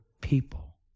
people